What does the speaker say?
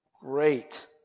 great